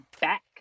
back